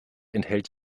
enthält